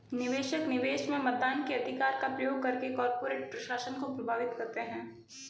निवेशक, निवेश में मतदान के अधिकार का प्रयोग करके कॉर्पोरेट प्रशासन को प्रभावित करते है